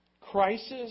crisis